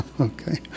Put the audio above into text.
Okay